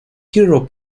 hero